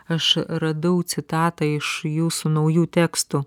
aš radau citatą iš jūsų naujų tekstų